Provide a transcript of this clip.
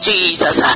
Jesus